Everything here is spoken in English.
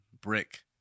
brick